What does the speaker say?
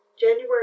January